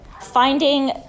finding